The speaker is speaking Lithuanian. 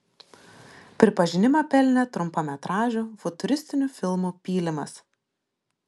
pripažinimą pelnė trumpametražiu futuristiniu filmu pylimas